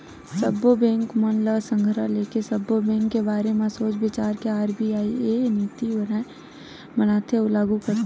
सब्बो बेंक मन ल संघरा लेके, सब्बो बेंक के बारे म सोच बिचार के आर.बी.आई ह नीति बनाथे अउ लागू करथे